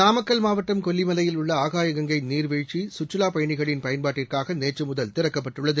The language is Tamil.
நாமக்கல் மாவட்டம் கொல்லிமலையில் உள்ள ஆகாய கங்கை நீர்வீழ்ச்சி சுற்றுலாப் பயணிகளின் பயன்பாட்டிற்காக நேற்று முதல் திறக்கப்பட்டுள்ளது